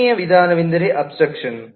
ಮೂರನೆಯ ವಿಧಾನವೆಂದರೆ ಅಬ್ಸ್ಟ್ರಾಕ್ಷನ್